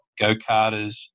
go-karters